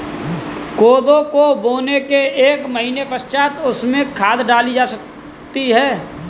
कोदो को बोने के एक महीने पश्चात उसमें खाद डाली जा सकती है